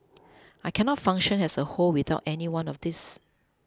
I cannot function as a whole without any one of these